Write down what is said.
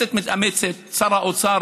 הכנסת מתאמצת, שר האוצר